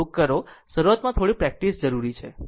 થોડુંક કરો શરૂઆતમાં થોડી પ્રેક્ટિસ જરૂરી છે